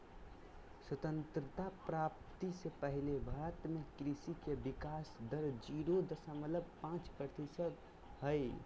स्वतंत्रता प्राप्ति से पहले भारत में कृषि के विकाश दर जीरो दशमलव पांच प्रतिशत हई